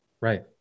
right